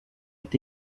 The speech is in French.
est